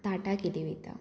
ताटा केली वयता